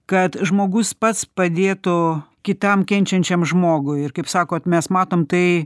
kad žmogus pats padėtų kitam kenčiančiam žmogui ir kaip sakot mes matom tai